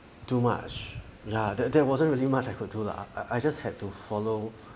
too much lah that there wasn't really much I could do lah I just had to follow